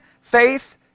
faith